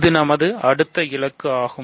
இது நமது அடுத்த இலக்கு ஆகும்